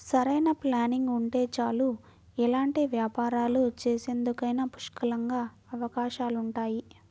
సరైన ప్లానింగ్ ఉంటే చాలు ఎలాంటి వ్యాపారాలు చేసేందుకైనా పుష్కలంగా అవకాశాలుంటాయి